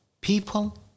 People